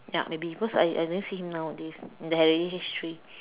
ya maybe because I I rarely see him nowadays in the heri~ history